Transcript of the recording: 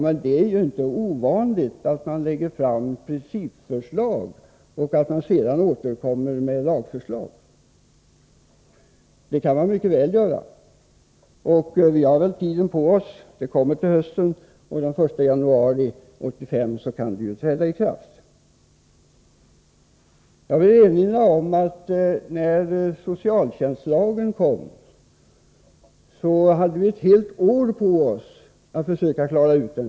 Men det är inte ovanligt att man lägger fram principförslag och att man sedan återkommer med lagförslag. Så kan man mycket väl göra. Vi har ju tid på oss. Förslaget i fråga kommer till hösten, och den 1 januari 1985 kan ikraftträdandet ske. Jag vill erinra om att när förslaget till socialtjänstlagen kom hade vi ett helt år på oss att försöka klara ut det.